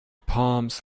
palms